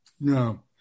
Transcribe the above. No